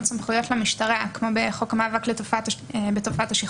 סמכויות למשטרה כמו בחוק המאבק בתופעת השכרות